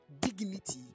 dignity